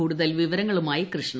കൂടുതൽ വിവരങ്ങളുമായി കൃഷ്ണ